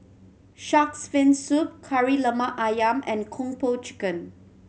Shark's Fin Soup Kari Lemak Ayam and Kung Po Chicken